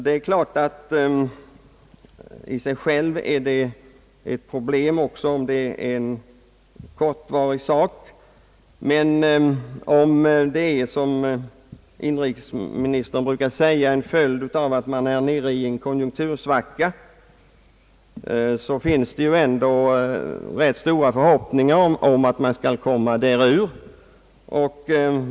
Det är klart ait det i sig självt är ett problem även om det är en kortvarig företeelse, men om det är, som inrikesministern brukar säga, en följd av att man är nere i en konjunktursvacka finns det ändå rätt stora förhoppningar om att man snart skall komma ur den.